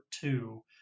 two